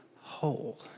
whole